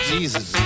Jesus